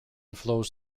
flows